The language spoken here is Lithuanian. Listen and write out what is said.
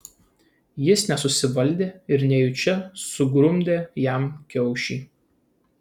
jis nesusivaldė ir nejučia sugrumdė jam kiaušį